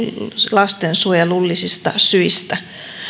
lastensuojelullisista syistä